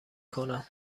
کنم